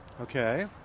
Okay